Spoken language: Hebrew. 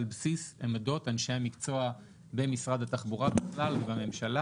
על בסיס עמדות אנשי המקצוע במשרד התחבורה בכלל ובממשלה